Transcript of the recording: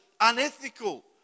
unethical